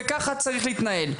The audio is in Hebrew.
אבל ההליך לא תקין.